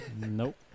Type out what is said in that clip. Nope